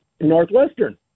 Northwestern